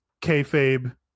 kayfabe